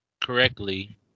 correctly